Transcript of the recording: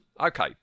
Okay